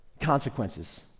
consequences